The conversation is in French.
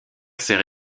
sert